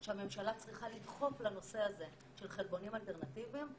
שהממשלה צריכה לדחוף לנושא הזה של חלבונים אלטרנטיביים.